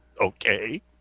Okay